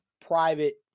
private